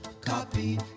Copy